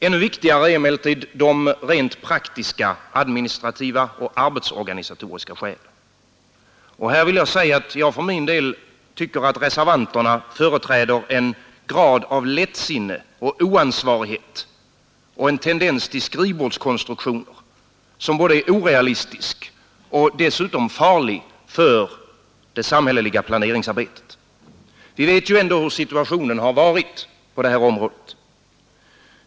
Ännu viktigare är emellertid de rent praktiska administrativa och arbetsorganisatoriska skälen. Jag för min del tycker att reservanterna företräder en viss grad av lättsinne och oansvarighet samt en tendens till skrivbordskonstruktion, som är orealistisk och dessutom farlig för det samhälleliga planeringsarbetet. Vi vet ändå hur situationen har varit på detta område.